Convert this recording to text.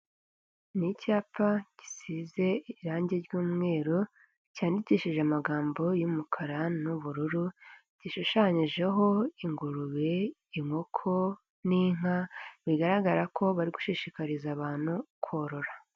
Ni icyapa gisize irangi ry'umweru, cyandikishije amagambo y'umukara n'ubururu, gishushanyijeho ingurube, inkoko n'inka, bigaragara ko bari gushishikariza abantu korora.